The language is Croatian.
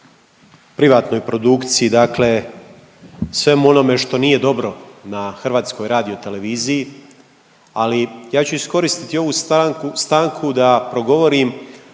privatnoj produkciji, dakle svemu onome što nije dobro na HRT-u, ali ja ću iskoristiti ovu stanku da progovorim